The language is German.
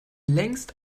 längst